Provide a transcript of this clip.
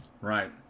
Right